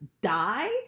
die